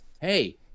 hey